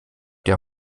der